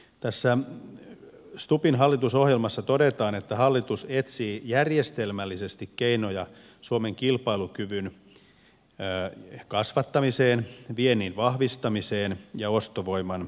tässä stubbin hallitusohjelmassa todetaan että hallitus etsii järjestelmällisesti keinoja suomen kilpailukyvyn kasvattamiseen viennin vahvistamiseen ja ostovoiman lisäämiseen